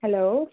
hello